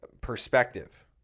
perspective